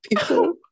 people